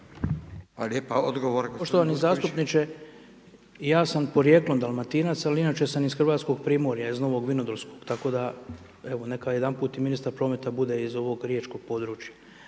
Oleg (HDZ)** Poštovani zastupniče, ja sam porijeklom dalmatinac, ali inače sam iz Hrvatskog Primorja, iz Novog Vinodolskog, tako da, evo neka jedanput i ministar prometa bude iz ovog riječkog područja.